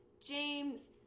James